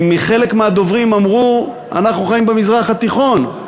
חלק מהדוברים אמרו: אנחנו חיים במזרח התיכון,